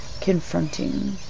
confronting